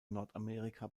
nordamerika